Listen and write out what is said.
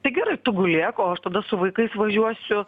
tai gerai tu gulėk o aš tada su vaikais važiuosiu